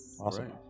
Awesome